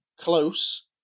close